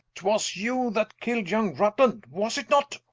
twas you that kill'd yong rutland, was it not?